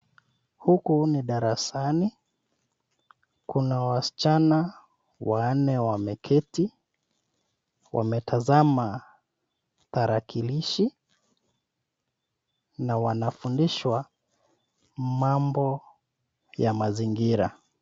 Huku ni darasani. Kuna wasichana wanne wameketi, wametazama tarakilishi na wanafundishwa mambo ya mazingira.